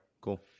Cool